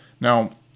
Now